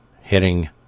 hitting